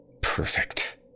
Perfect